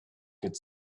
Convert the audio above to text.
could